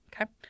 Okay